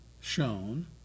shown